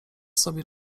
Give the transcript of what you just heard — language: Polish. sobie